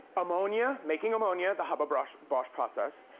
ammonia, making ammonia, the haber bosch bosch process.